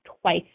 twice